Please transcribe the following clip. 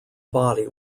body